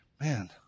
Man